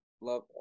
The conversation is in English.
love